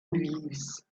leaves